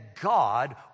God